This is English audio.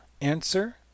Answer